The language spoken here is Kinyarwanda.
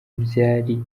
byari